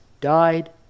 died